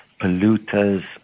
polluters